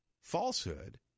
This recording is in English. falsehood